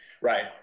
Right